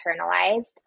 internalized